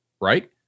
Right